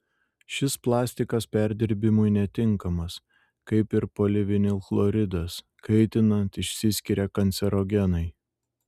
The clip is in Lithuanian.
šis plastikas perdirbimui netinkamas kaip ir polivinilchloridas kaitinant išsiskiria kancerogenai